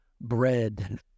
bread